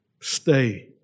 stay